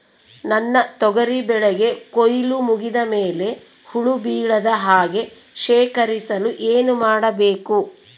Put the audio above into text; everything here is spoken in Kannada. ನನ್ನ ತೊಗರಿ ಬೆಳೆಗೆ ಕೊಯ್ಲು ಮುಗಿದ ಮೇಲೆ ಹುಳು ಬೇಳದ ಹಾಗೆ ಶೇಖರಿಸಲು ಏನು ಮಾಡಬೇಕು?